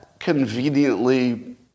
conveniently